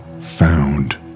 found